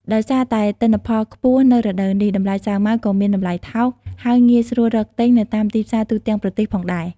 ដោយសារតែទិន្នផលខ្ពស់នៅរដូវនេះ តម្លៃសាវម៉ាវក៏មានតម្លៃថោក ហើយងាយស្រួលរកទិញនៅតាមទីផ្សារទូទាំងប្រទេសផងដែរ។